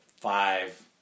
five